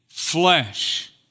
flesh